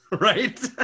right